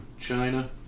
China